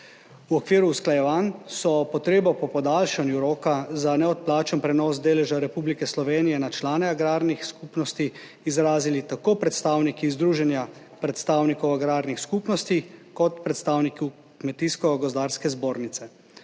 V okviru usklajevanj so potrebo po podaljšanju roka za neodplačen prenos deleža Republike Slovenije na člane agrarnih skupnosti izrazili tako predstavniki Združenja predstavnikov agrarnih skupnosti kot predstavniki Kmetijsko gozdarske zbornice.